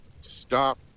stop